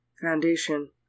Foundation